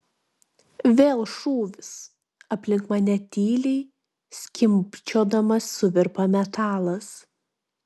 vėl šūvis aplink mane tyliai skimbčiodamas suvirpa metalas